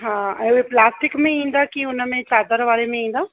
हा ऐं उहे प्लास्टिक में ईंदा कि उन में चादर वारे में ईंदा